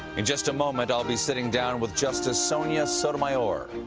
in just a moment, i'll be sitting down with justice sonia sotomayor,